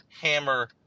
hammer